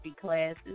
classes